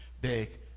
big